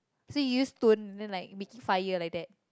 so you use stone then like making fire like that